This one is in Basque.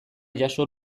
jaso